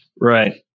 Right